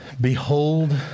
Behold